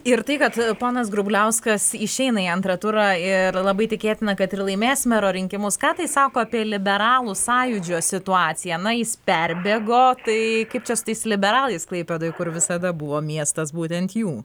ir tai kad ponas grubliauskas išeina į antrą turą ir labai tikėtina kad ir laimės mero rinkimus ką tai sako apie liberalų sąjūdžio situaciją na jis perbėgo tai kaip čia su tais liberalais klaipėdoj kur visada buvo miestas būtent jų